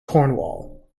cornwall